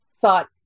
thought